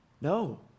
No